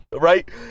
Right